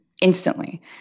instantly